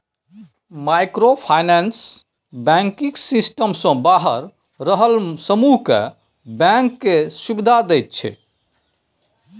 micro finance banking system सँ बाहर रहल समुह केँ बैंक केर सुविधा दैत छै